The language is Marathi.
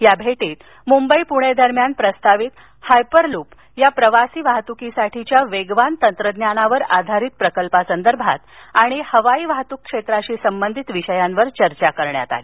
या भेटीत मुंबई पुणे दरम्यान प्रस्तावित हायपरलूप या प्रवासी वाहतूकीसाठीच्या वेगवान तंत्रज्ञानावर आधारित प्रकल्पासंदर्भात आणि हवाई वाहतूक क्षेत्राशी संबंधित विषयांवर चर्चा करण्यात आली